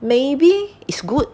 maybe it's good